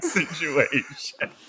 situation